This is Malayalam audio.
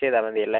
ചെയ്താൽ മതിയല്ലേ